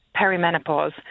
perimenopause